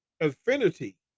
affinity